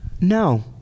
No